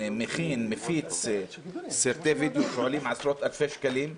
מכינים ומפיצים סרטי וידיאו שעולים אלפי שקלים,